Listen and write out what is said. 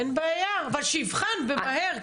אין בעיה, אבל שיבחן מהר.